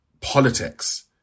politics